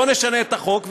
בוא נשנה את החוק,